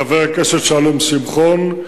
חבר הכנסת שלום שמחון,